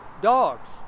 dogs